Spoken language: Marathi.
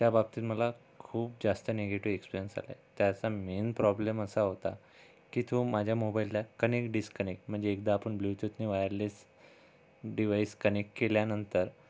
त्या बाबतीत मला खूप जास्त नेगेटिव एक्सपेरीयन्स आले त्याचा मेन प्रॉब्लेम असा होता की तो माझ्या मोबाईलला कनेक डिस्कनेक म्हणजे एकदा आपन ब्लूटूथने वायरलेस डिवाइस कनेक केल्यानंतर